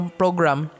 program